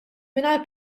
mingħajr